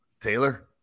Taylor